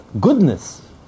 goodness